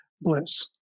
bliss